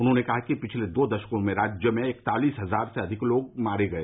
उन्होंने कहा कि पिछले दो दशकों में राज्य में इकतालिस हजार से अधिक लोग मारे गए